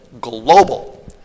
global